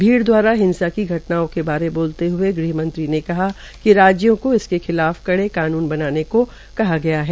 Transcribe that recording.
भीड़ द्वारा हिंसा की घटनाओं के बारे बोलते हए ग़हमंत्री ने कहा कि राज्यों को इसके खिलाफ कड़े कानून बनाने को कहा गया है